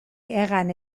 hegan